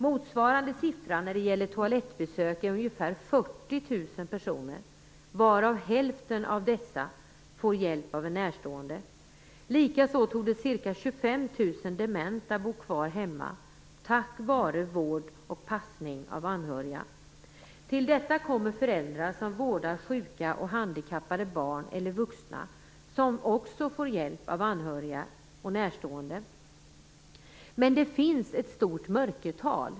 Motsvarande siffra när det gäller toalettbesök är 40 000 personer, varav hälften får hjälp av en närstående. Likaså torde ca 25 000 dementa bo kvar hemma tack vare vård och passning av anhöriga. Till detta kommer föräldrar som vårdar sjuka och handikappade barn eller vuxna, som också får hjälp av anhöriga och närstående. Men det finns ett stort mörkertal.